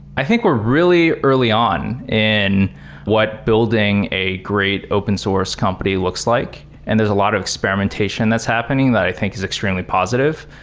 i think we're really early on in what building a great open source company looks like, and there's a lot of experimentation that's happening that i think is extremely positive.